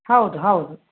ಹೌದು ಹೌದು